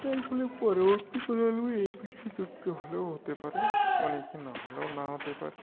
এর ফলে পরবর্তী প্রজন্ম এই পেশায় যুক্ত হলেও হতে পারে অনেকে না হলেও না হতে পারে